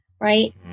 right